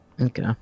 Okay